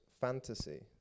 Fantasy